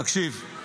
תקשיב.